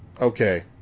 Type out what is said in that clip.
Okay